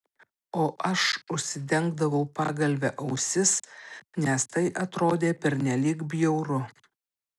o aš užsidengdavau pagalve ausis nes tai atrodė pernelyg bjauru